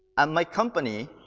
and my company